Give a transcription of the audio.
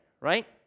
right